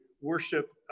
worship